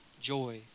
joy